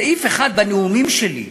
סעיף אחד בנאומים שלי,